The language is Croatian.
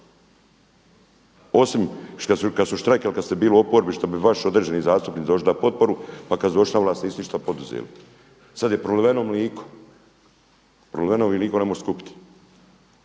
Osim kad su štrajkali, kad ste bili u oporbi što bi vaš određeni zastupnik došao, dao potporu, pa kad su došli na vlast nisu ništa poduzeli. Sad je proliveno mliko. Proliveno mliko ne možeš skupit.